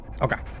Okay